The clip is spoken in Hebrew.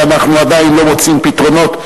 ואנחנו עדיין לא מוצאים פתרונות,